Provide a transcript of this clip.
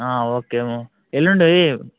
okay ఉ ఎల్లుండీ